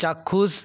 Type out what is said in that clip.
চাক্ষুষ